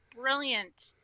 brilliant